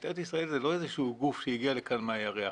משטרת ישראל זה לא איזה שהוא גוף שהגיע לכאן מהירח,